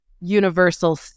universal